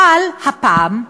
אבל הפעם,